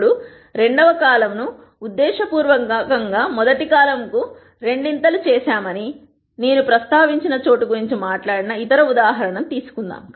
ఇప్పుడు రెండవ కాలమ్ను ఉద్దేశపూర్వకంగా మొదటి కాలమ్కు రెండుసార్లు చేశామని నేను ప్రస్తావించిన చోటు గురించి మాట్లాడిన ఇతర ఉదాహరణను తీసుకుందాం